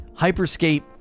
HyperScape